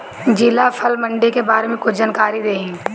जिला फल मंडी के बारे में कुछ जानकारी देहीं?